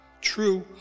True